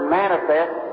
manifest